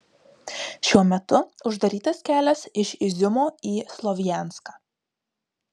šiuo metu uždarytas kelias iš iziumo į slovjanską